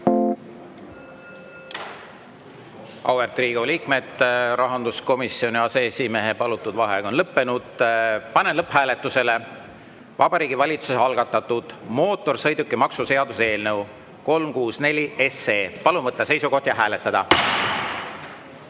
Auväärt Riigikogu liikmed, rahanduskomisjoni aseesimehe palutud vaheaeg on lõppenud. Panen lõpphääletusele Vabariigi Valitsuse algatatud mootorsõidukimaksu seaduse eelnõu 364. Palun võtta seisukoht ja hääletada!